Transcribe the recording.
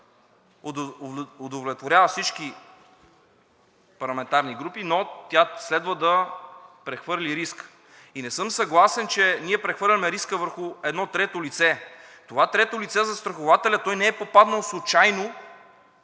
удовлетворява всички парламентарни групи, но тя следва да прехвърли риска. Не съм съгласен, че ние прехвърляме риска върху едно трето лице. Това трето лице – застрахователят, той не е попаднал случайно